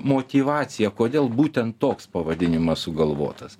motyvaciją kodėl būtent toks pavadinimas sugalvotas